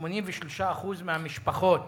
83% מהמשפחות